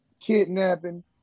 kidnapping